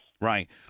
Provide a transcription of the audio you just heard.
Right